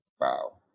Wow